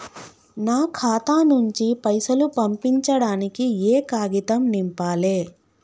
నా ఖాతా నుంచి పైసలు పంపించడానికి ఏ కాగితం నింపాలే?